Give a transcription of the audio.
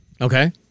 Okay